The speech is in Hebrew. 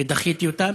ודחיתי אותה.